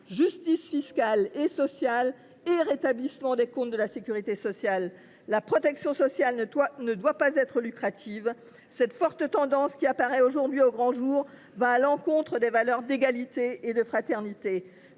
justice fiscale et sociale et rétablissement des comptes de la sécurité sociale. La protection sociale ne doit pas être lucrative. Cette forte tendance qui apparaît aujourd’hui au grand jour va à l’encontre des valeurs d’égalité et de fraternité.